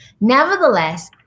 Nevertheless